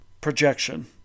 Projection